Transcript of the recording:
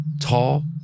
tall